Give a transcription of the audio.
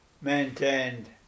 maintained